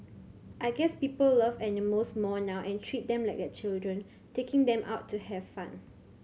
I guess people love animals more now and treat them like their children taking them out to have fun